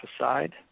aside